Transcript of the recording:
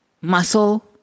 muscle